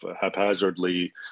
haphazardly